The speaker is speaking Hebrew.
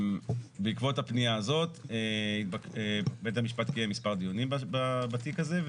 בעקבות הפנייה הזאת בית המשפט קיים מספר דיונים בתיק הזה.